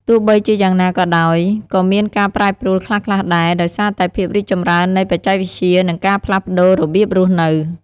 ទោះបីជាយ៉ាងណាក៏ដោយ ក៏មានការប្រែប្រួលខ្លះៗដែរ ដោយសារតែភាពរីកចម្រើននៃបច្ចេកវិទ្យា និងការផ្លាស់ប្តូររបៀបរស់នៅ។